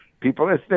people